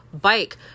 bike